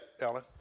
Ellen